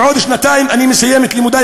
בעוד שנתיים אני מסיים את לימודי